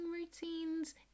routines